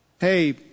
Hey